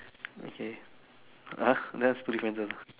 okay !huh! that's two differences